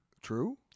True